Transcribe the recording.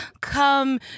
come